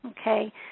okay